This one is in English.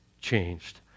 changed